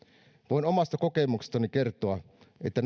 voin omasta kokemuksestani kertoa että